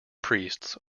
priests